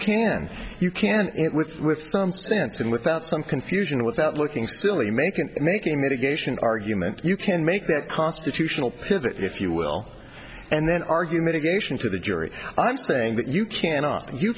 can you can with some sense and without some confusion without looking silly making making mitigation argument you can make that constitutional pivot if you will and then argue mitigation to the jury i'm saying that you cannot you